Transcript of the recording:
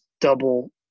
double